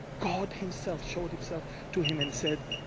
god, himself, showed himself to him and said,